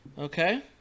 Okay